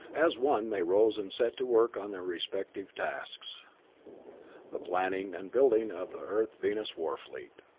as one they arose and set to work on their respective tasks the planning and building of the earth-venus war fleet.